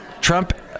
Trump